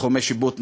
תחומי שיפוט.